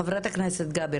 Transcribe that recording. חברת הכנסת גבי,